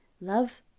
Love